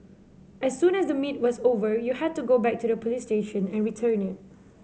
as soon as the meet was over you had to go back to the police station and return it